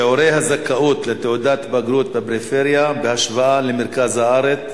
הזכאות לתעודת בגרות בפריפריה בהשוואה למרכז הארץ,